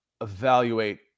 evaluate